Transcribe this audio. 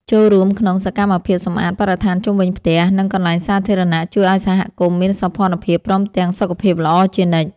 ចូលរួមក្នុងសកម្មភាពសម្អាតបរិស្ថានជុំវិញផ្ទះ និង កន្លែងសាធារណៈជួយឱ្យសហគមន៍មានសោភ័ណភាពព្រមទាំងសុខភាពល្អជានិច្ច។